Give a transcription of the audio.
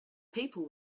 people